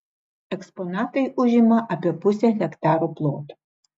eksponatai užima apie pusę hektaro ploto